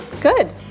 Good